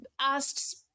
asked